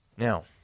Now